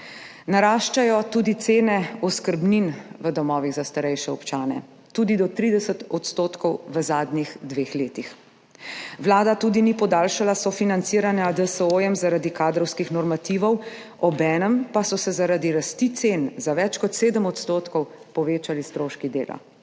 Naraščajo tudi cene oskrbnin v domovih za starejše občane, tudi do 30 odstotkov v zadnjih dveh letih, Vlada tudi ni podaljšala sofinanciranja DSO-jem zaradi kadrovskih normativov, obenem pa so se zaradi rasti cen za več kot sedem odstotkov povečali stroški dela.